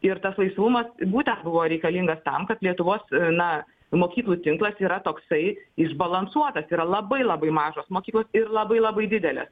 ir tas laisvumas būtent buvo reikalingas tam kad lietuvos na mokyklų tinklas yra toksai išbalansuotas yra labai labai mažos mokyklos ir labai labai didelės